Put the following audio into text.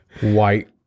white